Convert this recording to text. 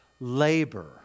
Labor